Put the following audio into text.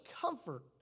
comfort